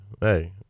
hey